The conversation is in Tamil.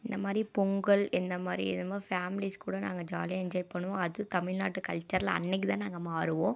இந்த மாதிரி பொங்கல் இந்த மாதிரி ஃபேமிலிஸ்கூட நாங்கள் ஜாலியாக என்ஜாய் பண்ணுவோம் அது தமிழ்நாட்டு கல்ச்சரில் அன்றைக்கி தான் நாங்கள் மாறுவோம்